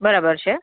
બરાબર છે